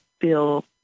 feel